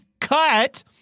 cut